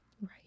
Right